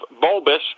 bulbous